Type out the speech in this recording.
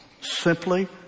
simply